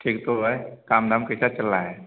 ठीक तो है काम धाम कैसा चल रा है